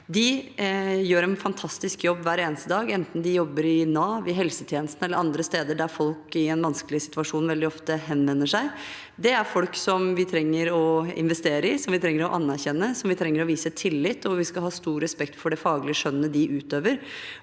De gjør en fantastisk jobb hver eneste dag, enten de jobber i Nav, i helsetjenestene eller andre steder der folk i en vanskelig situasjon veldig ofte henvender seg. Det er folk som vi trenger å investere i, som vi trenger å anerkjenne, som vi trenger å vise tillit, og hvor vi skal ha stor respekt for det faglige skjønnet de utøver.